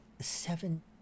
seven